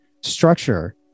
structure